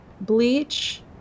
Bleach